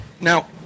Now